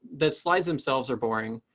the slides themselves are boring.